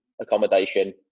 accommodation